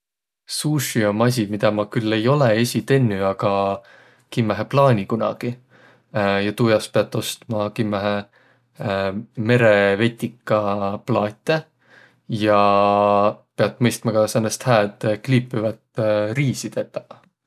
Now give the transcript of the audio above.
Sushi om asi, midä ma küll ei olõq esiq tennüq, aga kimmähe plaani kunagi. Ja tuu jaos piät ostma ma kimmähe merevetika plaatõ ja piät mõistma ka säänest hääd kliipivät riisi tetäq.